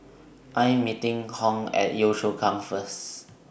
I Am meeting Hung At Yio Chu Kang First